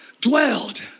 dwelled